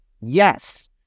yes